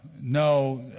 No